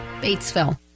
Batesville